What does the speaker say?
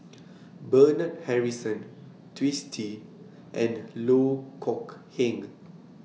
Bernard Harrison Twisstii and Loh Kok Heng